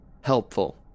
Helpful